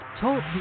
Talk